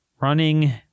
running